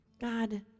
God